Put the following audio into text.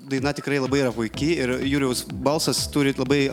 daina tikrai labai yra puiki ir juliaus balsas turit labai